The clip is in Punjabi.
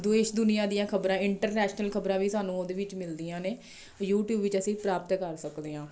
ਦੇਸ਼ ਦੁਨੀਆ ਦੀਆਂ ਖਬਰਾਂ ਇੰਟਰਨੈਸ਼ਨਲ ਖਬਰਾਂ ਵੀ ਸਾਨੂੰ ਉਹਦੇ ਵਿੱਚ ਮਿਲਦੀਆਂ ਨੇ ਯੂਟੀਊਬ ਵਿੱਚ ਅਸੀਂ ਪ੍ਰਾਪਤ ਕਰ ਸਕਦੇ ਹਾਂ